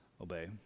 obey